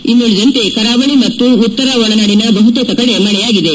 ಇನ್ನುಳಿದಂತೆ ಕರಾವಳಿ ಮತ್ತು ಉತ್ತರ ಒಳನಾಡಿನ ಬಹುತೇಕ ಕಡೆ ಮಳೆಯಾಗಿದೆ